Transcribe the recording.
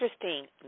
Interesting